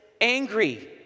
angry